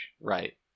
Right